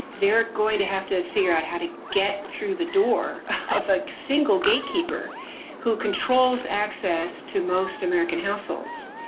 they're going to have to figure out how to get through the door of a single gatekeeper who controls access to most american households.